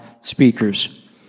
speakers